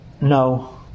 No